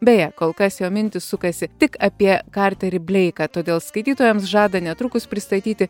beje kol kas jo mintys sukasi tik apie karterį bleiką todėl skaitytojams žada netrukus pristatyti